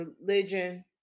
religion